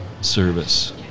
service